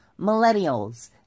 Millennials